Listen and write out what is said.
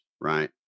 right